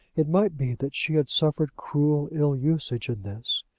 it might be that she had suffered cruel ill-usage in this.